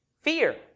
Fear